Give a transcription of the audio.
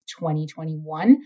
2021